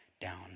down